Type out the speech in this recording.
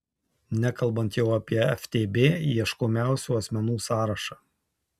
nekalbant jau apie ftb ieškomiausių asmenų sąrašą